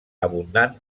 abundant